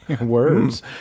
Words